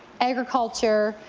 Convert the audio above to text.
agriculture,